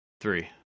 three